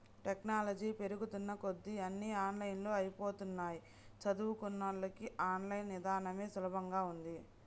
technology పెరుగుతున్న కొద్దీ అన్నీ ఆన్లైన్ అయ్యిపోతన్నయ్, చదువుకున్నోళ్ళకి ఆన్ లైన్ ఇదానమే సులభంగా ఉంటది